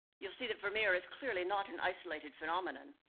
you'll see that vermeer is clearly not an isolated phenomenon.